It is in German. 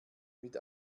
mit